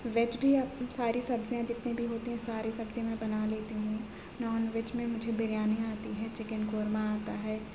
veg بھی اب ساری سبزیاں جتنے بھی ہوتے ہیں ساری سبزی میں بنا لیتی ہوں نان ویج میں مجھے بریانی آتی ہے چکن قورمہ آتا ہے